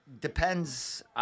depends